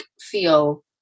feel